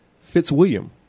Fitzwilliam